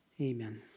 amen